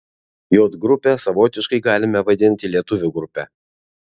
j grupę savotiškai galime vadinti lietuvių grupe